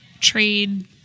trade